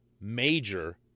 major